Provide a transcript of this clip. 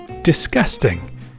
Disgusting